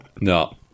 No